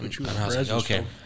Okay